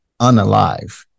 unalive